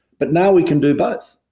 but now we can do but